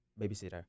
babysitter